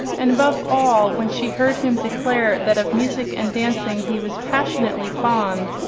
and above all, when she heard him declare, that of music and dancing he was passionately fond,